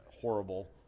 horrible